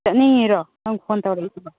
ꯆꯠꯅꯤꯡꯉꯤꯔꯣ ꯅꯪ ꯐꯣꯟ ꯇꯧꯔꯛꯏꯁꯤꯕꯣ